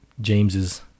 James's